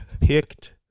picked